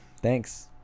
thanks